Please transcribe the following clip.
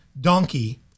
donkey